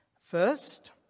First